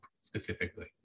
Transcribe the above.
specifically